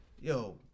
Yo